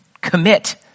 commit